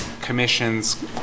commissions